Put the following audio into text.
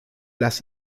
las